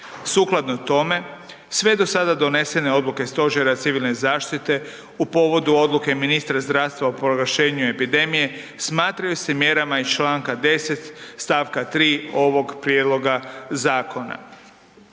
Sukladno tome, sve do sada donesene odluke Stožera civilne zaštite u povodu odluke ministra zdravstva o proglašenju epidemije smatraju se mjerama iz čl. 10. st. 3. ovog prijedloga zakona.